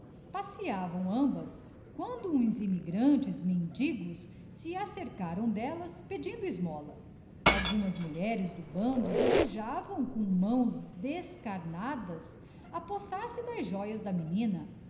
passeavam ambas quando uns immigrantes mendigos se acercaram d'ellas pedindo esmola algumas mulheres do bando desejavam com mãos descarnadas apossar se das jóias da menina